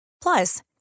Plus